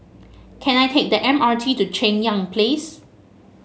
can I take the M R T to Cheng Yan Place